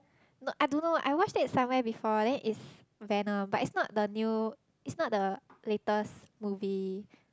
no I don't know I watched it somewhere before then its venom but its not the new its not the latest movie